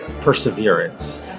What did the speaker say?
perseverance